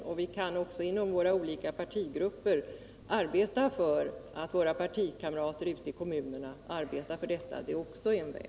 Och vi kan också inom våra olika partigrupper arbeta för att våra partikamrater ute i kommunerna arbetar för detta. Det är också en väg.